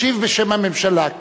ישיב בשם הממשלה,